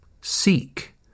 Seek